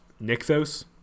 Nyxos